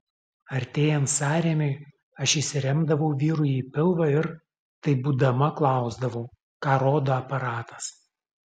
artėjant sąrėmiui aš įsiremdavau vyrui į pilvą ir taip būdama klausdavau ką rodo aparatas